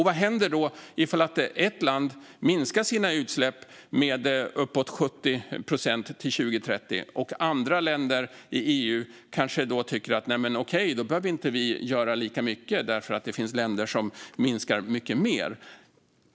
Vad händer ifall ett land minskar sina utsläpp med uppåt 70 procent till 2030 och andra länder i EU tycker att de därför inte behöver göra lika mycket, eftersom det ju finns länder som minskar mycket mer?